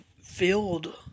filled